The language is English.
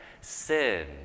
Sin